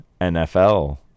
NFL